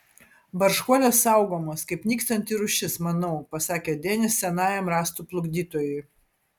barškuolės saugomos kaip nykstanti rūšis manau pasakė denis senajam rąstų plukdytojui